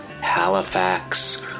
Halifax